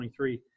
23